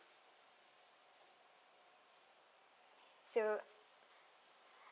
so